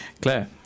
claire